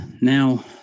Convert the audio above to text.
Now